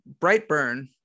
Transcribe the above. Brightburn